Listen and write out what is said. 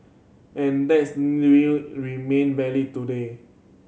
and that's remain valid today